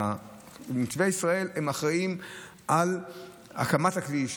נתיבי ישראל היו אחראים להקמת הכביש,